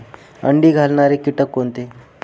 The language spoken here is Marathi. अंडी घालणारे किटक कोणते?